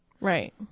Right